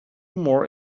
more